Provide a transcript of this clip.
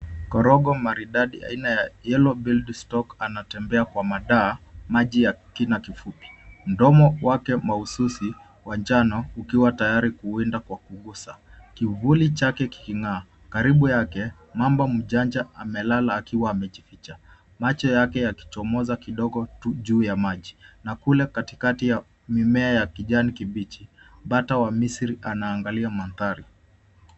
Korogo maridadi aina ya Yellow Buildstock anatembea kwa madaa maji ya kina kifupi ,mdomo wake mahususi wanjano ukiwa tayari kuwinda kwa kugusa kivuli chake kiking'aa ,karibu yake mambo mjanja amelala akiwa amejificha macho yake yakichomoza kidogo tu juu ya maji na kula katikati ya mimea ya kijani kibichi bata wa misri anaangalia mandhari.